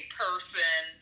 person